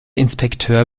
inspekteur